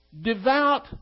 devout